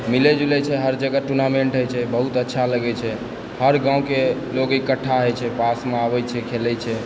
मिलै जुलै छै हर जगह टूर्नामेण्ट होइ छै बहुत अच्छा लागै छै हर गाँवके लोग इकट्ठा होइ छै पासमे आबै छै खेलै छै